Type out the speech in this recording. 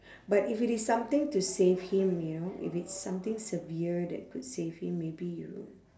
but if it is something to save him you know if it's something severe that could save him maybe you